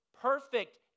perfect